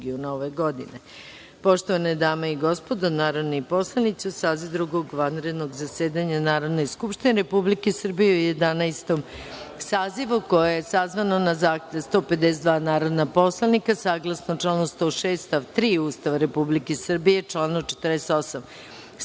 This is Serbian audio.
godine. Poštovane dame i gospodo narodni poslanici, uz saziv Drugog vanrednog zasedanja Narodne skupštine Republike Srbije u Jedanaestom sazivu, koje je sazvano na zahtev 152 narodna poslanika, saglasno članu 106. stav 3. Ustava Republike Srbije, članu 48. stav 3.